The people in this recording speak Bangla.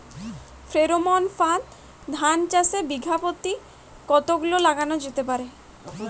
ফ্রেরোমন ফাঁদ ধান চাষে বিঘা পতি কতগুলো লাগানো যেতে পারে?